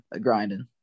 grinding